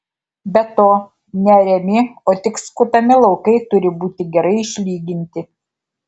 be to neariami o tik skutami laukai turi būti gerai išlyginti